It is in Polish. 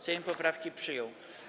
Sejm poprawki przyjął.